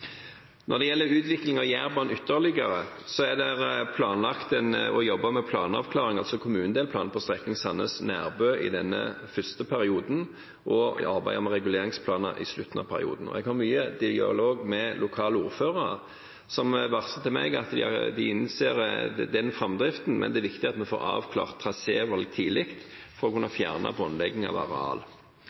Når det gjelder utvikling av Jærbanen ytterligere, er det planlagt å jobbe med planavklaringer, som kommunedelplanen på strekningen Sandnes–Nærbø, i den første perioden og med reguleringsplaner i slutten av perioden. Jeg har mye dialog med lokale ordførere som varsler til meg at de innser den framdriften, men det er viktig at vi får avklart trasévalg tidlig for å kunne fjerne båndlegging av areal.